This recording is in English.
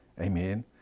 Amen